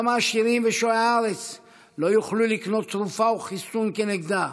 גם עשירים ושועי הארץ לא יוכלו לקנות תרופה וחיסון כנגדה.